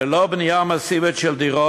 ללא בנייה מסיבית של דירות,